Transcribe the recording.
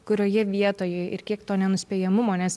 kurioje vietoje ir kiek to nenuspėjamumo nes